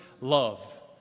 love